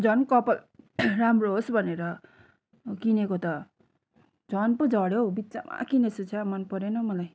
झन कपाल राम्रो होस् भनेर किनेको त झन् पो झऱ्यो हौ बिच्चामा किनेछु छ्या मन परेन मलाई